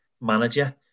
manager